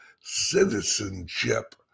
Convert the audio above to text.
citizenship